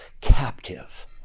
captive